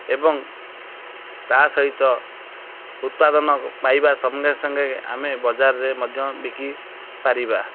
ଏବଂ ତା ସହିତ ଉତ୍ପାଦନ ପାଇବା ସଙ୍ଗେ ସଙ୍ଗେ ଆମେ ବଜାରରେ ମଧ୍ୟ ବିକିପାରିବା